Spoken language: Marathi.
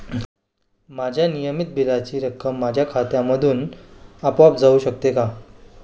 माझ्या नियमित बिलाची रक्कम माझ्या खात्यामधून आपोआप जाऊ शकते का?